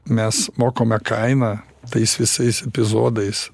mes mokame kainą tais visais epizodais